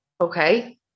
okay